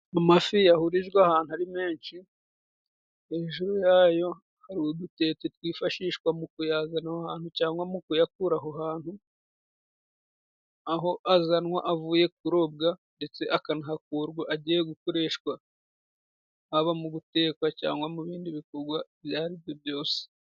Amafi yahurijwe ahantu ari menshi hejuru yayo hari udutete twifashishwa mu kuyazana ahantu cyangwa mu kuyakura aho hantu, aho azanwa avuye kurobwa ndetse akanahakurwa agiye gukoreshwa, haba mu gutekwa cyangwa mu bindi bikorwa ibyo ari byo byose.